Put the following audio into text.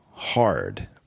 Hard